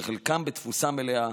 שחלקם בתפוסה מלאה,